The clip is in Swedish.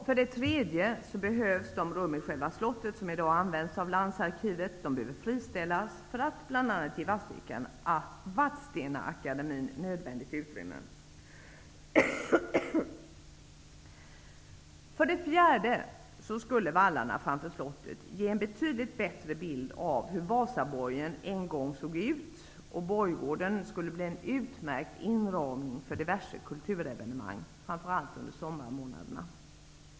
För det tredje behöver de rum i själva slottet som i dag används av landsarkivet friställas för att bl.a. ge För det fjärde skulle vallarna framför slottet ge en betydligt bättre bild av hur Vasaborgen en gång såg ut, och borggården skulle bli en utmärkt inramning för diverse kulturevenemang, framför allt under sommarmånaderna.